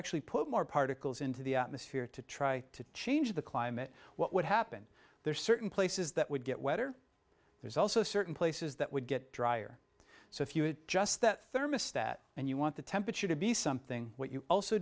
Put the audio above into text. actually put more particles into the atmosphere to try to change the climate what would happen there are certain places that would get wetter there's also certain places that would get drier so if you just that thermostat and you want the temperature to be something what you also